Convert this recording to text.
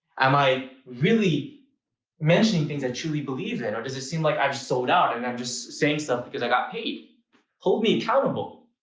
am i really mentioning things i truly believe in or does it seem like i've sold out? and i'm just saying stuff because i got paid hold me accountable,